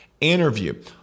interview